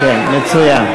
כן, מצוין,